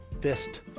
fist